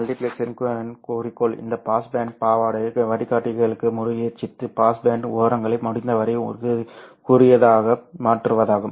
மல்டிபிளெக்சர்களின் குறிக்கோள் இந்த pass band பாவாடையை வடிகட்டிகளுக்கு முயற்சித்து பாஸ் பேண்ட் ஓரங்களை முடிந்தவரை குறுகியதாக மாற்றுவதாகும்